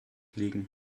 liegen